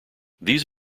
these